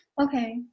okay